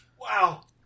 wow